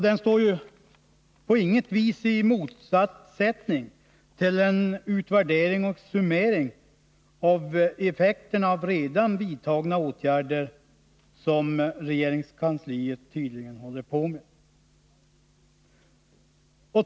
Den står inte heller på något vis i motsättning till den utvärdering och summering av effekterna av redan vidtagna åtgärder som regeringskansliet tydligen håller på med.